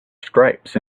stripes